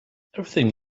everything